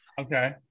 okay